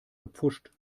gepfuscht